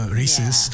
races